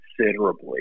considerably